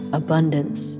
abundance